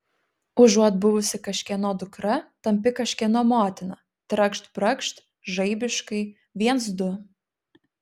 užuot buvusi kažkieno dukra tampi kažkieno motina trakšt brakšt žaibiškai viens du